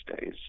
days